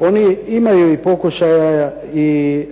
Oni imaju i pokušaja i